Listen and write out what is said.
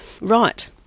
Right